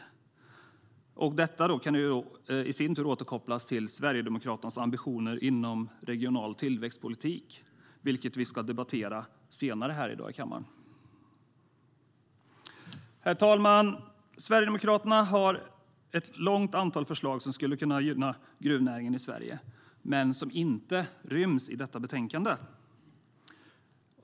Detta kan i sin tur återkopplas till Sverigedemokraternas ambitioner inom regional tillväxtpolitik, vilket vi ska debattera senare i dag här i kammaren. Herr talman! Sverigedemokraterna har ett stort antal förslag som skulle gynna gruvnäringen i Sverige men som inte ryms i detta betänkande.